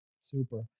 Super